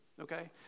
Okay